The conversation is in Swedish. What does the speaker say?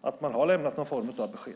att man har lämnat någon form av besked.